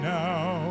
now